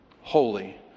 Holy